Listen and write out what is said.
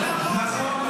קיבלת החלטה --- נכון,